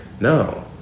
No